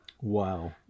Wow